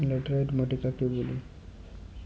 Laterite মাটি কাকে বলে?